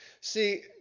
See